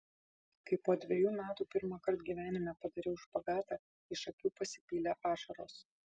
kai po dvejų metų pirmąkart gyvenime padariau špagatą iš akių pasipylė ašaros